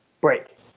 break